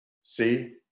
See